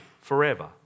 forever